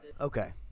Okay